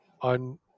on